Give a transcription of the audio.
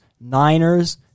Niners